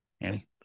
Annie